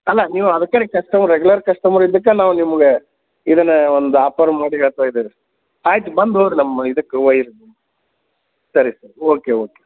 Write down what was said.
ಅಲ್ಲ ನೀವು ಅದಕ್ಕೇ ರಿ ಕಸ್ಟಮರ್ ರೆಗ್ಯುಲರ್ ಕಸ್ಟಮರ್ ಇದ್ದದ್ದಕ್ಕೆ ನಾವು ನಿಮಗೆ ಇದನ್ನು ಒಂದು ಆಫರ್ ಮಾಡಿ ಹೇಳ್ತಾಇದ್ದೇರಿ ಆಯ್ತು ಬಂದು ಹೋಗ್ರಿ ನಮ್ಮ ಇದಕ್ಕೆ ಒಯ್ರಿ ಸರಿ ಸರಿ ಓಕೆ ಓಕೆ